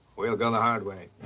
we'll go the hard way.